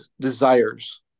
desires